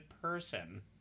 person